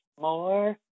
more